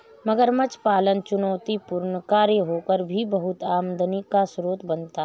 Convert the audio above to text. मगरमच्छ पालन चुनौतीपूर्ण कार्य होकर भी बहुत आमदनी का स्रोत बनता है